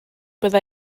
bydda